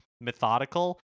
methodical